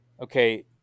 okay